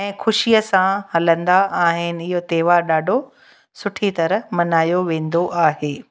ऐं ख़ुशीअ सां हलंदा आहिनि इहो त्योहार ॾाढो सुठी तरह मल्हायो वेंदो आहे